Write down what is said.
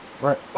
right